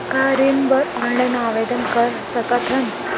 का ऋण बर ऑनलाइन आवेदन कर सकथन?